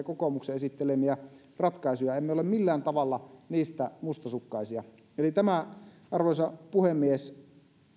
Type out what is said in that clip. kokoomuksen esittelemiä ratkaisuja emme ole millään tavalla niistä mustasukkaisia eli tämä arvoisa puhemies on